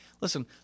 Listen